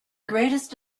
greatest